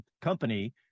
company